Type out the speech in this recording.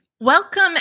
Welcome